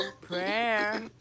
Prayer